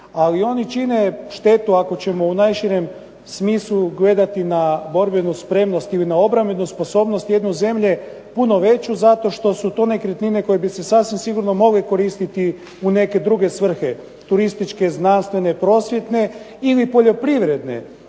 Ali oni čine štetu ako ćemo u najširem smislu gledati na borbenu spremnost ili na obrambenu sposobnost jedne zemlje puno veću zato što su to nekretnine koje bi se sasvim sigurno mogle koristiti u neke druge svrhe – turističke, znanstvene, prosvjetne ili poljoprivredne.